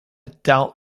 doubt